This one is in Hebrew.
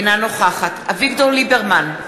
אינה נוכחת אביגדור ליברמן,